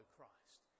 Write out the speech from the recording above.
Christ